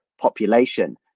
population